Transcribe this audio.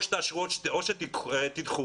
או שתאשרו או שתדחו,